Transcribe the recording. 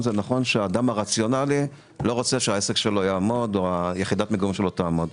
זה נכון שהאדם הרציונלי לא רוצה שהעסק או יחידת המגורים שלו יעמדו,